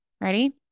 ready